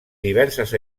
diverses